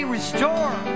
Restore